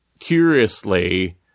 curiously